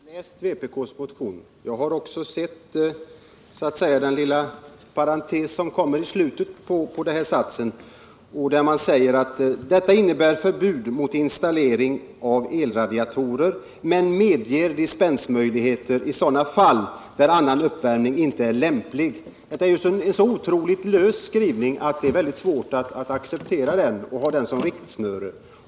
Herr talman! Jag har faktiskt läst vpk:s motion. Jag har också sett den - om jag får uttrycka det så — lilla parentes som kommer i slutet, där man säger: ”Det innebär förbud mot installering av elradiatorer men medger dispensmöjligheter i sådana fall där annan uppvärmning inte är lämplig.” Detta är en så otroligt lös skrivning att det är svårt att acceptera den och ha den som rättesnöre.